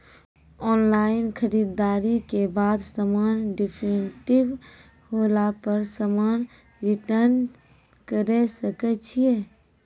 Online खरीददारी के बाद समान डिफेक्टिव होला पर समान रिटर्न्स करे सकय छियै?